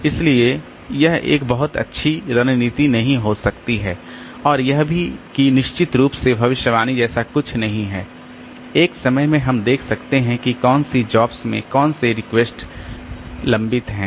इसलिए इसीलिए यह एक बहुत अच्छी रणनीति नहीं हो सकती है और यह भी कि निश्चित रूप से भविष्यवाणी जैसा कुछ नहीं है एक समय में हम देख सकते हैं कि कौन सी जॉब्स में कौन से रिक्वेस्ट लंबित हैं